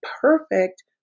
perfect